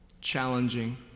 challenging